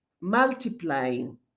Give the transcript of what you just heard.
multiplying